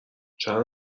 چند